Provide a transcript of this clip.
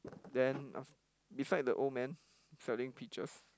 then af~ beside the old man selling peaches